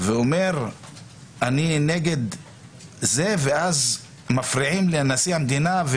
ויאמר שהוא נגד זה ואז מפריעים לנשיא המדינה?